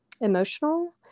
emotional